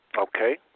Okay